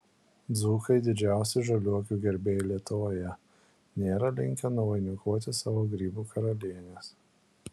dzūkai didžiausi žaliuokių gerbėjai lietuvoje nėra linkę nuvainikuoti savo grybų karalienės